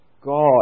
God